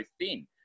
thin